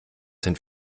den